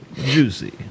juicy